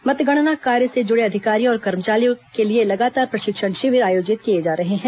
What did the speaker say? मतगणना कार्य से जुड़े अधिकारियों और कर्मचारियों के लिए लगातार प्रशिक्षण शिविर आयोजित किए जा रहे हैं